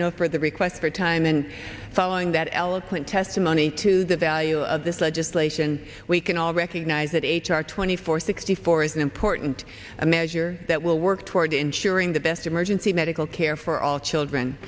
no for the request for time and following that eloquent testimony to the value of this legislation we can all recognize that h r twenty four sixty or is an important measure that will work toward ensuring the best emergency medical care for all children